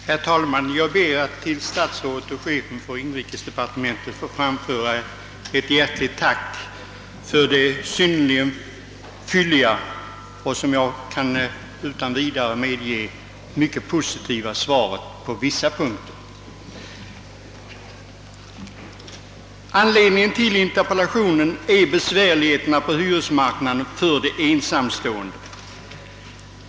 Herr talman! Jag ber att till statsrådet och chefen för inrikesdepartementet få framföra ett hjärtligt tack för det synnerligen fylliga och, som jag utan vidare vill medge, på vissa punkter mycket positiva svaret. Anledningen till interpellationen är besvärligheterna på hyresmarknaden för de ensamstående.